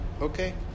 Okay